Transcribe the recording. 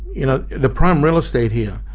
you know, the prime real estate here,